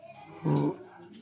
वो